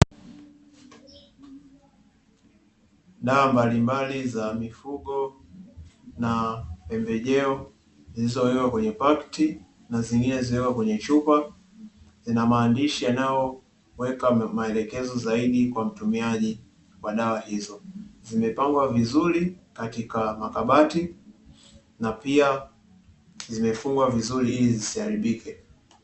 Dawa mbalimbali za mifugo na pembejeo zilizowekwa kwenye pakti na zingine kwenye chupa zenye maandishi yanayoweka maandishi kwa mtuamiaji wa dawa hizo, zimepangwa vizuri katika kabati na pia zimefungwa vizuri ili zisiharibike.